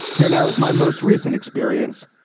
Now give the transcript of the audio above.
here now is my most recent experience.